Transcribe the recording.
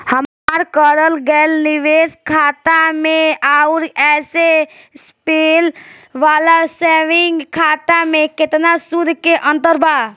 हमार करल गएल निवेश वाला खाता मे आउर ऐसे सिंपल वाला सेविंग खाता मे केतना सूद के अंतर बा?